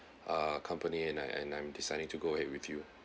uh company and I and I'm deciding to go ahead with you